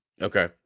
Okay